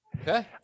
Okay